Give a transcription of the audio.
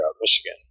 Michigan